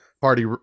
party